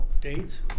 dates